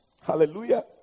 Hallelujah